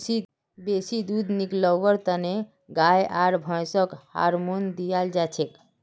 बेसी दूध निकलव्वार तने गाय आर भैंसक हार्मोन दियाल जाछेक